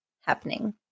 happening